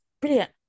Brilliant